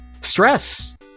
Stress